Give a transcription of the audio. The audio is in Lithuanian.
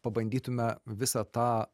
pabandytume visą tą